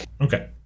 Okay